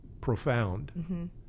profound